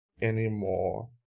anymore